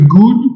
good